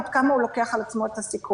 עד כמה הוא לוקח על עצמו את הסיכון.